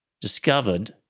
discovered